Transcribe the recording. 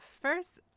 first